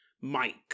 Mike